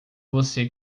você